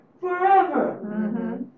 forever